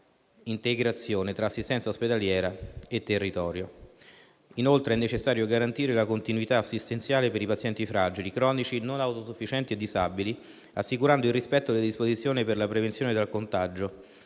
integrazione tra assistenza ospedaliera ed assistenza sul territorio. Inoltre, è necessario garantire la continuità assistenziale per i pazienti fragili (cronici, non autosufficienti e disabili), assicurando il rispetto delle disposizioni per la prevenzione dal contagio